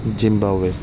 Zimbabwe